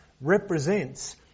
represents